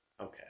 Okay